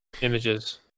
Images